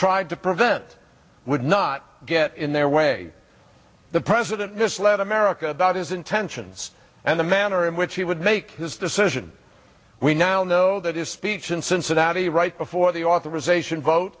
tried to prevent would not get in their way the president misled america about his intentions and the manner in which he would make this decision we now know that his speech in cincinnati right before the authorization vote